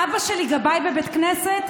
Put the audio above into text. אבא שלי גבאי בבית כנסת.